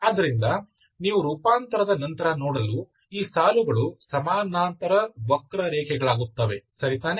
ಆದ್ದರಿಂದ ನೀವು ರೂಪಾಂತರದ ನಂತರ ನೋಡಲು ಈ ಸಾಲುಗಳು ಸಮಾನಾಂತರ ವಕ್ರರೇಖೆಗಳಾಗುತ್ತವೆ ಸರಿತಾನೇ